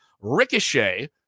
Ricochet